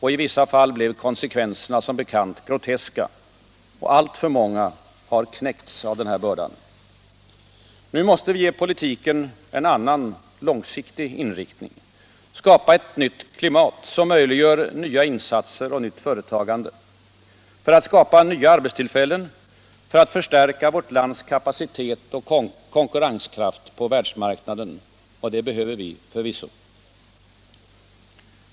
I vissa fall blev konsekvenserna som bekant groteska. Alltför många har knäckts av den här bördan. Nu måste vi ge politiken en annan, långsiktig inriktning. Vi måste skapa ett nytt klimat, som möjliggör nya insatser och nytt företagande — för att vi skall kunna skapa nya arbetstillfällen och för att förstärka vårt lands kapacitet och konkurrenskraft på världsmarknaden. Det behöver vi förvisso.